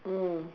mm